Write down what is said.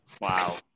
Wow